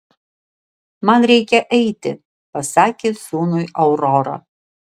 man reikia eiti pasakė sūnui aurora